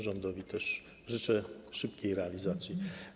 Rządowi też życzę jego szybkiej realizacji.